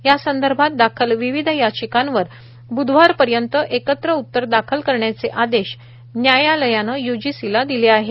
यासंदर्भात दाखल विविध याचिकांवर ब्धवारपर्यंत एकत्र उत्तर दाखल करण्याचे आदेश न्यायालयाने य्जीसीला दिले आहे